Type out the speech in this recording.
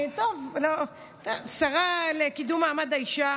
שרה לקידום מעמד האישה